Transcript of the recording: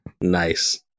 Nice